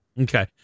Okay